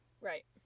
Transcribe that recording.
Right